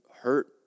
hurt